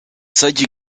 seigi